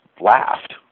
laughed